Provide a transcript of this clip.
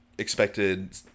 Expected